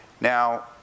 Now